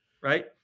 right